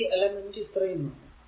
ഈ എലമെന്റ് ഇത്രയുമാണ്